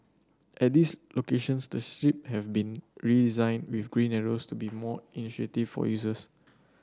at these locations the have been redesigned with green arrows to be more for users